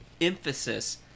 emphasis